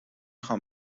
خوام